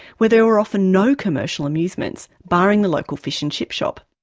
where there were often no commercial amusements, barring the local fish and chip shop.